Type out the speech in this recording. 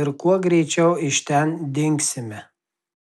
ir kuo greičiau iš ten dingsime